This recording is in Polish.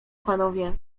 panowie